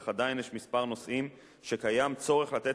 אך עדיין יש כמה נושאים שקיים צורך לתת